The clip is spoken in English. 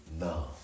now